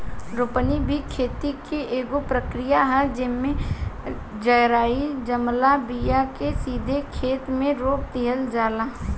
रोपनी भी खेती के एगो प्रक्रिया ह, जेइमे जरई जमाल बिया के सीधे खेते मे रोप दिहल जाला